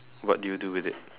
what do you do with it